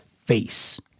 Face